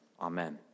Amen